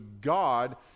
God